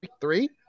three